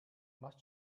must